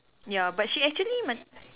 ya but she actually ma~